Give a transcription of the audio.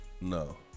no